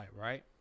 right